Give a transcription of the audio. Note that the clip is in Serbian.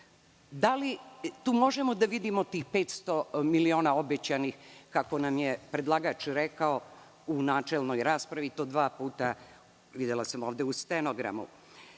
Da li tu možemo da vidimo tih 500 miliona, kako nam je predlagač rekao u načelnoj raspravi i to dva puta, videla sam ovde u stenogramu?